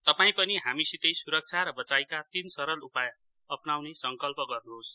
तपाईं पनि हामीसितै सुरक्षा र बचाईका तीन सरल उपाय अपनाउने संकल्प गर्नुहोस्